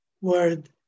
word